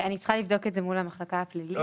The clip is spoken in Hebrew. אני צריכה לבדוק את זה מול המחלקה הפלילית.